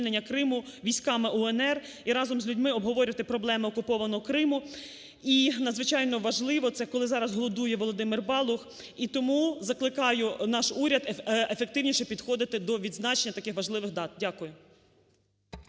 Криму військами УНР і разом з людьми обговорювати проблеми окупованого Криму, і надзвичайно важливо це, коли зараз голодує Володимир Балух, і тому закликаю наш уряд ефективніше підходити до відзначення таких важливих дат. Дякую.